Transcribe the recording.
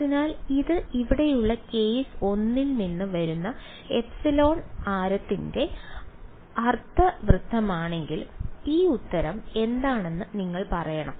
അതിനാൽ ഇത് ഇവിടെയുള്ള കേസ് 1 ൽ നിന്ന് വരുന്ന ε ആരത്തിന്റെ അർദ്ധവൃത്തമാണെങ്കിൽ ഈ ഉത്തരം എന്താണെന്ന് നിങ്ങൾ പറയണം